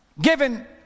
given